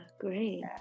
great